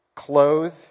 clothe